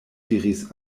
diris